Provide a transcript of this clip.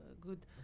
good